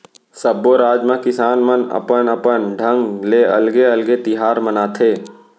सब्बो राज म किसान मन अपन अपन ढंग ले अलगे अलगे तिहार मनाथे